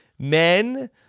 Men